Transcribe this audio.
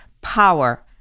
power